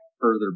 further